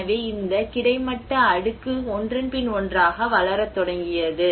எனவே இந்த கிடைமட்ட அடுக்கு ஒன்றன்பின் ஒன்றாக வளரத் தொடங்கியது